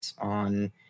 on